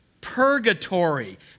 purgatory